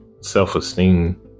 self-esteem